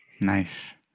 Nice